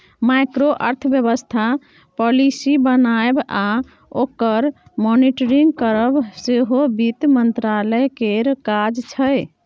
micro अर्थबेबस्था policy बनाएब आ ओकर मॉनिटरिंग करब सेहो बित्त मंत्रालय केर काज छै